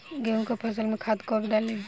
गेहूं के फसल में खाद कब डाली?